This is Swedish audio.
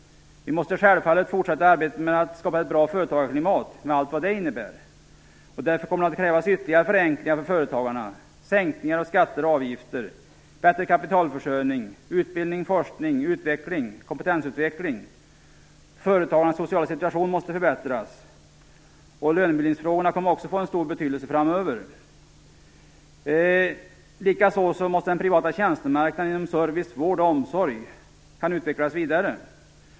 Vi måste självfallet fortsätta arbetet med att skapa ett bra företagarklimat, med allt vad det innebär. Därför kommer det att krävas ytterligare förenklingar för företagarna, sänkningar av skatter och avgifter, bättre kapitalförsörjning, utbildning, forskning, utveckling, kompetensutveckling. Företagarnas sociala situation måste förbättras. Lönebildningsfrågorna kommer också att få stor betydelse framöver. Likaså måste den privata tjänstemarknaden inom service, vård och omsorg utvecklas vidare.